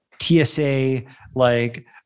TSA-like